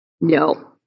No